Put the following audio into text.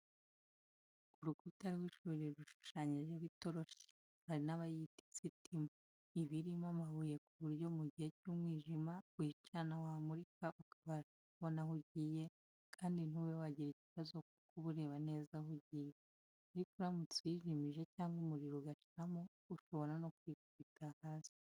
Urukuta rw'ishuri rushushanyijeho itoroshi, hari n'abayita isitimu, iba irimo amabuye ku buryo mu gihe cy'umwijima uyicana wamurika ukabasha kubona aho ugiye kandi ntube wagira ikibazo kuko uba ureba neza aho ugiye ariko uramutse uyijimije cyangwa umuriro ugashiramo, ushobora no kwikubita hasi.